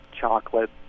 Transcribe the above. Chocolate